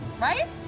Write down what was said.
right